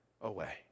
away